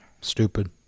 stupid